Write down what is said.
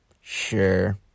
sure